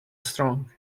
strong